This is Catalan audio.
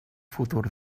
futur